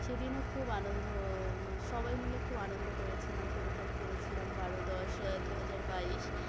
সেদিনও খুব আনন্দ সবাই মিলে খুব আনন্দ করেছিলাম সেলিব্রেট করেছিলাম বারো দশ দুহাজার বাইশ